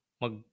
mag